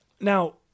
Now